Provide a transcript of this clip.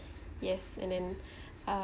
yes and then uh